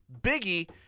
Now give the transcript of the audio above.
Biggie